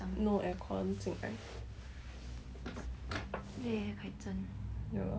ya kai zhen